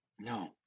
No